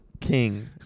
king